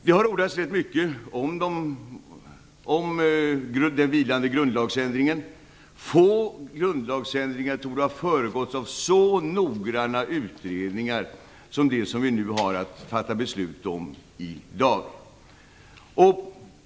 Det har ordats rätt mycket om den vilande grundlagsändringen. Få grundlagsändringar torde ha föregåtts av så noggranna utredningar som den som vi nu har att fatta beslut om i dag.